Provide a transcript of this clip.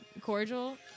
cordial